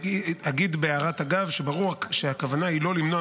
אגיד בהערת אגב שהכוונה היא לא למנוע